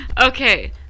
Okay